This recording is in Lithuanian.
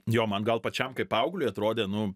jo man gal pačiam kaip paaugliui atrodė nu